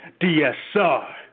DSR